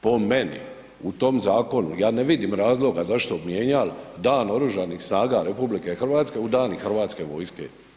Po meni u tom zakonu ja ne vidim razloga zašto bi mijenjali Dan Oružanih snaga RH u dani Hrvatske vojske.